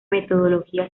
metodología